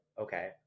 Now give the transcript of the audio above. okay